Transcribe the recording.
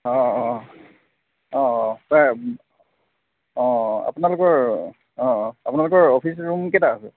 অঁ অঁ অঁ অঁ নাই অঁ আপোনালোকৰ অঁ অঁ আপোনালোকৰ অফিচ ৰূম কেইটা আছে